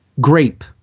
Grape